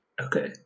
Okay